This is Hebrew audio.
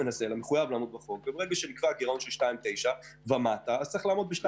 ברגע שנקבע גירעון של 2.9% ומטה אז צריך לעמוד בזה.